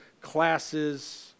classes